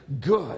good